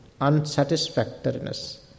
unsatisfactoriness